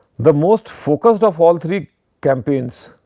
the most focused of all three campaigns,